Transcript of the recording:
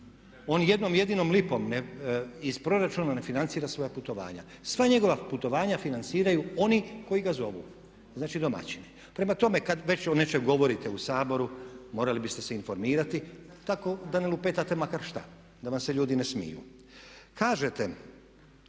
On jednom jedinom lipom iz proračuna ne financira svoja putovanja. Sva njegova putovanja financiraju oni koji ga zovu, znači domaćini. Prema tome, kad već o nečemu govorite u Saboru morali biste se informirati tako da ne lupetate makar što da vam se ljudi ne smiju. Kažete